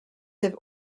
have